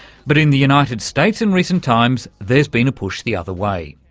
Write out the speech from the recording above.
but in the united states in recent times, there's been a push the other way.